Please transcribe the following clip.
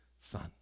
son